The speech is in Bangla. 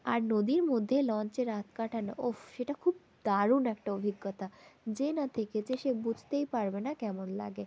আর নদীর মধ্যে লঞ্চে রাত কাটানো ওফফ সেটা খুব দারুণ একটা অভিজ্ঞতা যে না থেকেছে সে বুঝতেই পারবে না কেমন লাগে